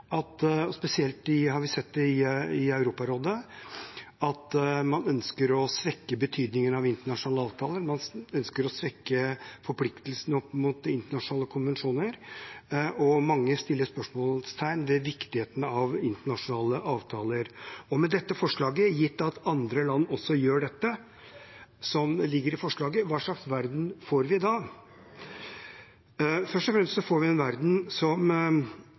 har spesielt sett det i Europarådet, at man ønsker å svekke betydningen av internasjonale avtaler, at man ønsker å svekke forpliktelsene overfor internasjonale konvensjoner, og mange setter spørsmålstegn ved viktigheten av internasjonale avtaler. Med dette forslaget, gitt at andre land også gjør det som ligger i forslaget, hva slags verden får vi da? Det jeg er mest bekymret for, er at vi får en verden